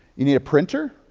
you need a printer?